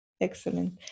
Excellent